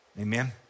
Amen